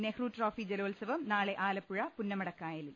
Nehru trophy ജലോത്സവം നാളെ ആലപ്പുഴ പുന്നമടക്കായലിൽ